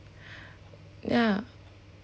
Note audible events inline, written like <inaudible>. <breath> ya